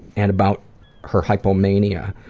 and about her hypo mania,